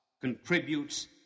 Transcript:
contributes